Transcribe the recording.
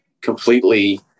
completely